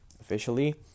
officially